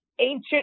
ancient